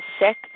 sick